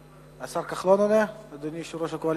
השר כחלון עונה, אדוני יושב-ראש הקואליציה?